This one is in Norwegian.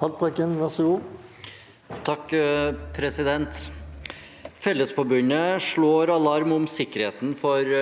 «Fellesforbundet slår alarm om sikkerheten for